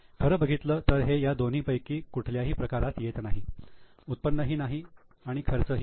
खरं बघाल तर हे या दोन पैकी कुठल्याही प्रकारात येत नाही उत्पन्न ही नाही आणि खर्च ही नाही